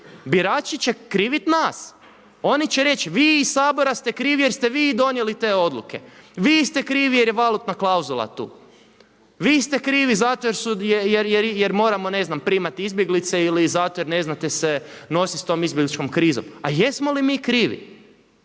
birači će kriviti nas. Oni će reći vi iz Sabora ste krivi jer ste vi donijeli te odluke. Vi ste krivi jer je valutna klauzula tu. Vi ste krivi zato jer moramo ne znam primati izbjeglice ili zato jer ne znate se nositi s tom izbjegličkom krizom. A jesmo li mi krivi?